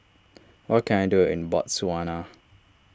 what can I do in Botswana